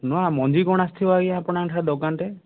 ନୂଆ ମଞ୍ଜି କ'ଣ ଆସିଥିବ ଆଜ୍ଞା ଆପଣଙ୍କଠେ ଦୋକାନଠେ